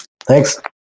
Thanks